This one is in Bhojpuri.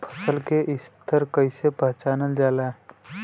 फसल के स्तर के कइसी पहचानल जाला